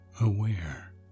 aware